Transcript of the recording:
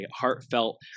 heartfelt